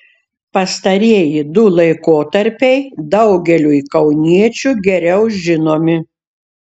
pastarieji du laikotarpiai daugeliui kauniečių geriau žinomi